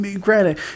granted